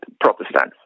Protestants